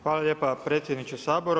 Hvala lijepa predsjedniče Sabora.